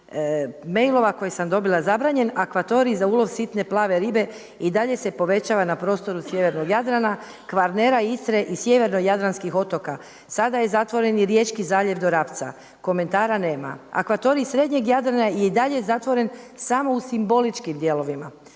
mailova koje sam dobila. Zabranjen akvatorij za ulov sitne plave ribe i dalje se povećava na prostoru sjevernog Jadrana, Kvarnera, Istre i sjeverno jadranskih otoka. Sada je zatvoren i Riječki zaljev do Rapca. Komentara nema. Akvatorij srednjeg Jarana je i dalje zatvoren samo u simboličkim dijelovima